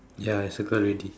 ya I circle already